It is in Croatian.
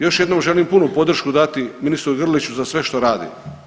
Još jednom želim punu podršku dati ministru Grliću za sve što radi.